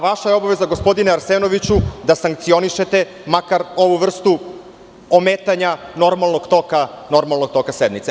Vaša je obaveza, gospodine Arsenoviću, da sankcionišete makar ovu vrstu ometanja normalnog toka sednice.